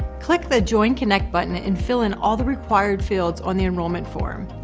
click the join kynect button and fill in all the required fields on the enrollment form.